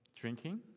drinking